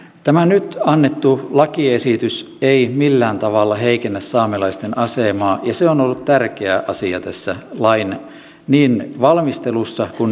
tämä nyt annettu lakiesitys ei millään tavalla heikennä saamelaisten asemaa ja se on ollut tärkeä asia tässä niin lain valmistelussa kuin nyt eduskuntakäsittelyssäkin